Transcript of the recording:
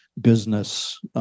business